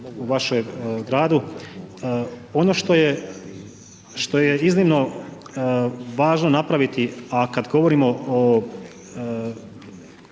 u vašem gradu, ono što je iznimno važno napraviti, a kada govorimo o